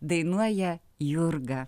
dainuoja jurga